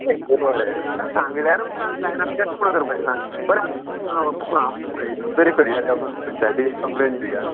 बरें आतां सांगल्यार आतां जायना कशें म्हण तर सांग बरें आतां तूं आमी हितून तरी करया वचून पंचायतीन कंप्लेन दिवया